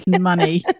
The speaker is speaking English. money